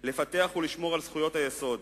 לפתח, ולשמור על זכויות היסוד,